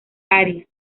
arias